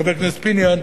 חבר הכנסת פיניאן,